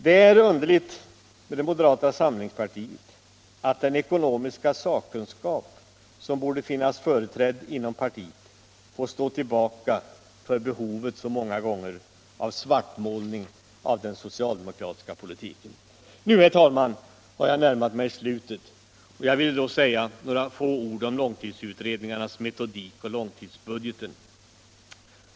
Det är underligt med moderata samlingspartiet, att den ekonomiska sakkunskapen, som borde finnas företrädd inom partiet, får stå tillbaka för behovet av svartmålning av den socialdemokratiska politiken. Nu, herr talman, närmar jag mig slutet. Jag vill bara säga några få ord om långtidsutredningarnas metodik och långtidsbudgeten.